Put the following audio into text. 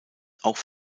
auch